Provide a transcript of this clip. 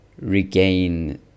regain